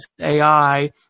AI